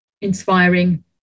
inspiring